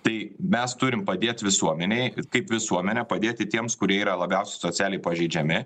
tai mes turim padėt visuomenei kaip visuomenė padėti tiems kurie yra labiausiai socialiai pažeidžiami